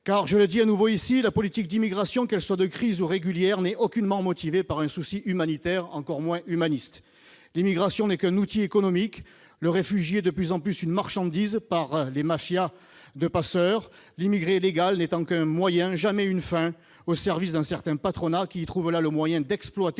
Car- je le dis de nouveau ici -la politique d'immigration, qu'elle soit de crise ou régulière, n'est aucunement motivée par un souci humanitaire, encore moins humaniste. L'immigration n'est qu'un outil économique : le réfugié n'est de plus en plus qu'une marchandise pour les mafias de passeurs ; l'immigré légal, quant à lui, n'est qu'un moyen, jamais une fin, au service d'un certain patronat qui trouve là le moyen d'exploiter